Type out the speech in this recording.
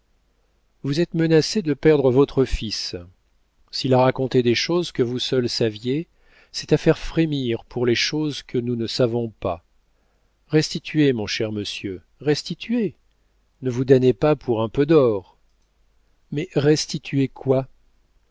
vous êtes menacé de perdre votre fils s'il a raconté des choses que vous seul saviez c'est à faire frémir pour les choses que nous ne savons pas restituez mon cher monsieur restituez ne vous damnez pas pour un peu d'or mais restituer quoi